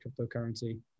cryptocurrency